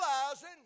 realizing